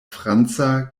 franca